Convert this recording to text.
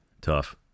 tough